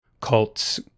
cults